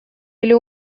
или